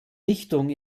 richtung